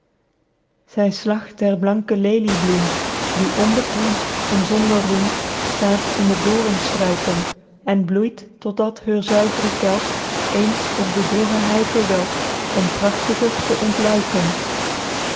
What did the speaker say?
zy slacht der blanke leliebloem die onbekend en zonder roem staet in de doorenstruiken en bloeit tot dat heur zuivre kelk eens op de dorre hei verwelk om prachtiger te ontluiken